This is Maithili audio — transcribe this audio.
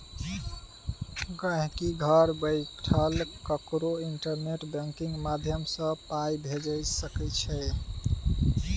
गांहिकी घर बैसल ककरो इंटरनेट बैंकिंग माध्यमसँ पाइ भेजि सकै छै